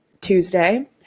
Tuesday